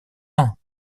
ans